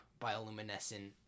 bioluminescent